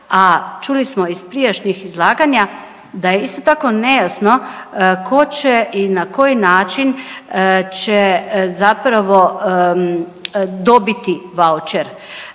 a čuli smo iz prijašnjih izlaganja da je isto tako nejasno ko će i na koji način će zapravo dobiti vaučer.